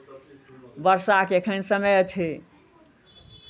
वर्षाके एखन समय छै